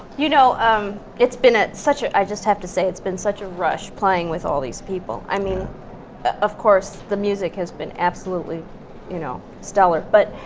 you know um it's been ah such a i just have to say, it's been such a rush playing with all these people i mean of course, the music has been absolutely you know stellar. but,